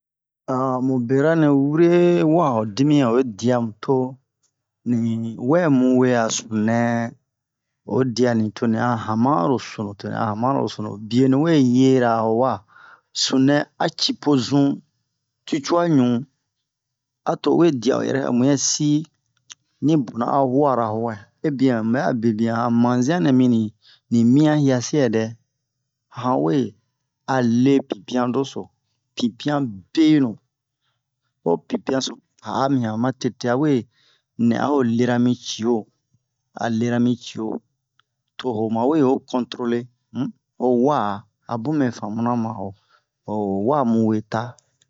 mu bera nɛ wure wa'a ho dimiyan oyi dia mu to ni wɛ mu wure a sununɛ oyi dia ni toni a hamaro sunu toni a hamano sunu bie ni we yera ho wa sununɛ a ci po zun ti cuwa ɲu a to o we dia o yɛrɛ mu yɛ si ni bona a hu'ara ho wɛ ebiɛn mu bɛ'a bebian han mazian nɛ mini ni mian yiase yɛdɛ a han we a le pipian doso pipian benu ho pipian so pa'a mi han ma tete a we nɛ a ho lera mi cio a lera mi cio to ho mawe yo contole um ho wa a bun mɛ famuna ma ho ho wa muwe ta